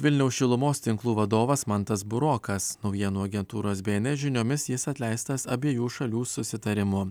vilniaus šilumos tinklų vadovas mantas burokas naujienų agentūros bns žiniomis jis atleistas abiejų šalių susitarimu